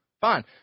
Fine